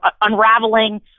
unraveling